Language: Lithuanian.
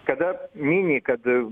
kada mini kad